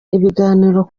igitaramo